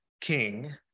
King